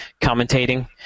commentating